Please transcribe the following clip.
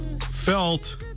Felt